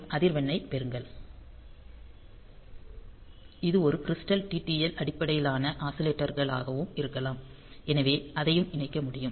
மற்றும் அதிர்வெண் ஐ பெறுங்கள் இது ஒரு கிரிஸ்டல் TTL அடிப்படையிலான ஆஸிலேட்டர்களாகவும் இருக்கலாம் எனவே அதையும் இணைக்க முடியும்